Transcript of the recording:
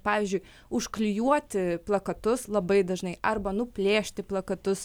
pavyzdžiui užklijuoti plakatus labai dažnai arba nuplėšti plakatus